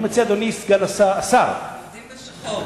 עובדים בשחור.